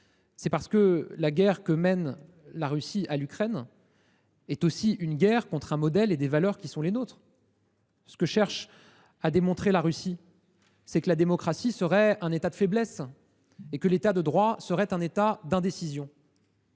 l’emporte : la guerre que mène ce pays contre l’Ukraine est aussi une guerre contre un modèle et des valeurs qui sont les nôtres. La Russie cherche à démontrer que la démocratie serait un état de faiblesse et que l’État de droit serait un état d’indécision.